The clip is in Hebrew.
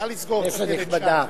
כנסת נכבדה,